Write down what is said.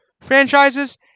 franchises